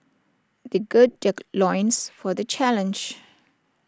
they gird their loins for the challenge